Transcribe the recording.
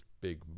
big